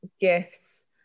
gifts